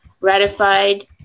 ratified